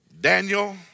Daniel